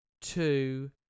two